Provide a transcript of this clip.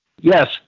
Yes